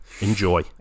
enjoy